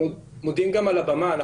אנחנו גם מודים על הבמה.